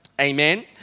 Amen